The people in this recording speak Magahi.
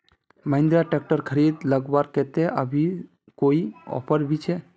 महिंद्रा ट्रैक्टर खरीद लगवार केते अभी कोई ऑफर भी छे?